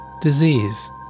disease